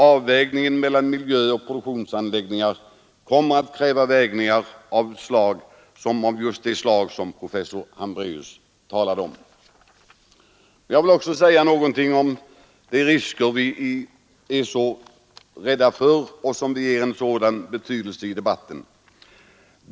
Avvägningen mellan miljö och produktionsanläggningar kommer att kräva överväganden av just det slag som professor Hambreus talade om. Jag vill också säga någonting om de risker som vi är så rädda för och som vi ger en sådan betydelse i debatten.